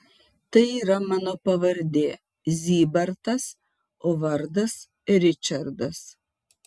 tai yra mano pavardė zybartas o vardas ričardas